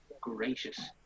gracious